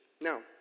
Now